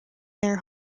their